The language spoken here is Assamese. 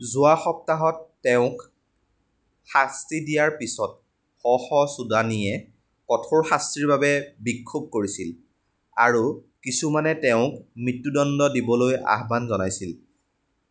যোৱা সপ্তাহত তেওঁক শাস্তি দিয়াৰ পিছত শ শ চুদানীয়ে কঠোৰ শাস্তিৰ বাবে বিক্ষোভ কৰিছিল আৰু কিছুমানে তেওঁক মৃত্যুদণ্ড দিবলৈ আহ্বান জনাইছিল